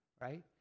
right